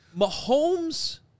Mahomes